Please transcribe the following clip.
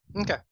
Okay